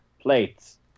plates